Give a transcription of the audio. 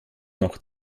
noch